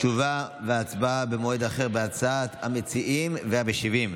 תשובה והצבעה במועד אחר, בהצעת המציעים והמשיבים.